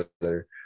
together